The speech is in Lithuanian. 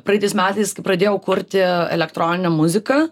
praitais metais kai pradėjau kurti elektroninę muziką